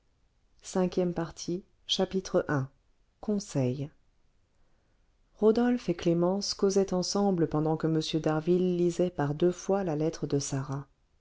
cinquième partie i conseils rodolphe et clémence causaient ensemble pendant que m d'harville lisait par deux fois la lettre de sarah